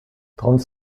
trente